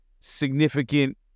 significant